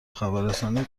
خبررسانی